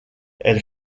elle